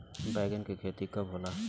बैंगन के खेती कब होला?